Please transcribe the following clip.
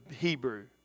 Hebrew